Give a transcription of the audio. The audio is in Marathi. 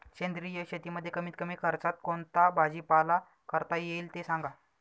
सेंद्रिय शेतीमध्ये कमीत कमी खर्चात कोणता भाजीपाला करता येईल ते सांगा